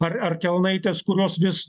ar ar kelnaites kurios vis